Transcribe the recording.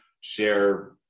share